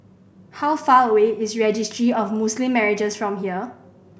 how far away is Registry of Muslim Marriages from here